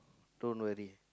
don't worry